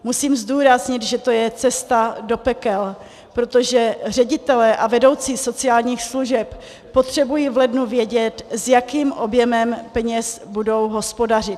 Musím zdůraznit, že to je cesta do pekel, protože ředitelé a vedoucí sociálních služeb potřebují v lednu vědět, s jakým objemem peněz budou hospodařit.